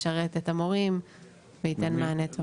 שישרת את המורים וייתן מענה טוב.